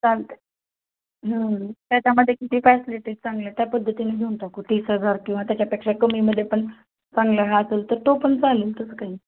चालते त्याच्यामध्ये किती फॅसिलिटीज चांगले त्या पद्धतीने घेऊन टाकू तीस हजार किंवा त्याच्यापेक्षा कमीमध्ये पण चांगला रा असेल तर तो पण चालेल तसं काही